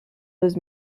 was